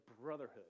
brotherhood